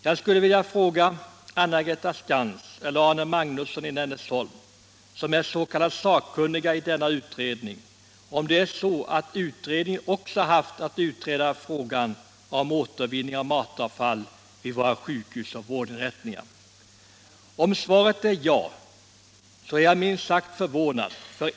Jag skulle vilja fråga Anna-Greta Skantz eller Arne Magnusson i Nennesholm, som är sakkunniga i denna utredning, om det är så att utredningen också haft att utreda frågan om återvinning av matavfall vid våra sjukhus och vårdinrättningar. Om svaret är ja, så blir jag minst sagt förvånad.